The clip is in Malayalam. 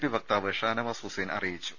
പി വക്താവ് ഷാനവാസ് ഹുസൈൻ അറിയിച്ചു